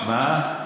מה,